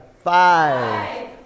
Five